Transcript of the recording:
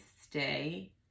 stay